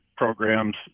Programs